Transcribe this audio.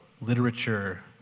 literature